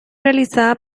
realizada